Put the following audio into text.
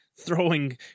throwing